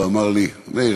ואמר לי" מאיר,